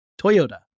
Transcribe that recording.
Toyota